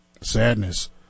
sadness